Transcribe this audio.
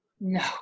No